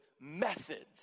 methods